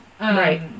right